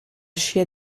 scia